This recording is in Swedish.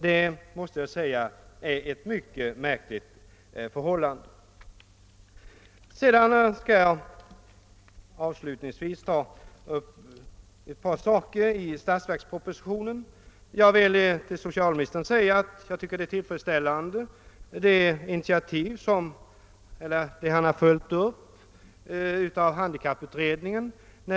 Det är ett mycket märkligt förhållande, måste jag säga. Avslutningsvis skall jag ta upp ett par saker i statsverkspropositionen. Jag vill säga till socialministern att jag tycker det är tillfredsställande att han har följt upp handikapputredningen.